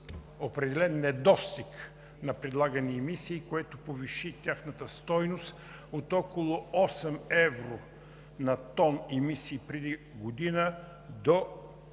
определен недостиг на предлагани емисии, което повиши тяхната стойност от около 8 евро на тон емисии преди година до